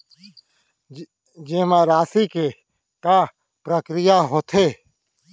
जेमा राशि के का प्रक्रिया होथे?